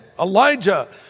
Elijah